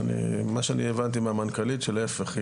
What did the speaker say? מה שאני הבנתי מהמנכ"לית הוא שלהפך.